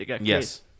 Yes